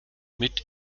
mit